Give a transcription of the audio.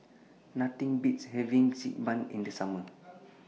Nothing Beats having Xi Ban in The Summer